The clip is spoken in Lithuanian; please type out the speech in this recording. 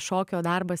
šokio darbas